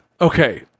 okay